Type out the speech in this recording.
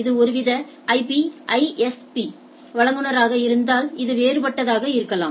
இது ஒருவித IP ISP வழங்குநராக இருந்தால் இது வேறுபட்டதாக இருக்கலாம்